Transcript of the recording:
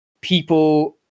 people